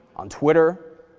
on twitter,